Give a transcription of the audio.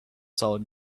solid